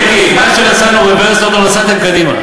מיקי, מה שנסענו רוורס, אתם עוד לא נסעתם קדימה.